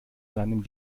seinem